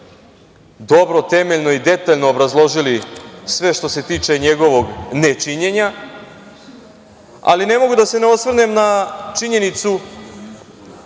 dobro, temeljno i detaljno obrazložili sve što se tiče njegovog nečinjenja, ali ne mogu da se ne osvrnem na činjenicu